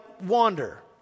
wander